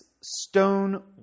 stone